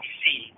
see